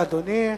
תודה לאדוני.